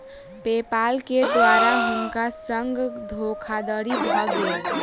पे पाल के द्वारा हुनका संग धोखादड़ी भ गेल